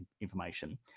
information